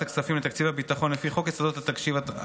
הכספים לתקציב הביטחון לפי חוק יסודות התקציב,